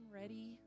ready